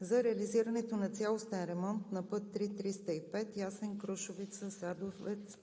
за реализирането на цялостен ремонт на път III-305 Ясен – Крушовица – Садовец